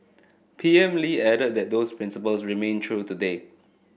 P M Lee added that those principles remain true today